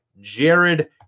Jared